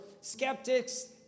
skeptics